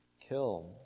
kill